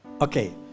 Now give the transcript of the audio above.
Okay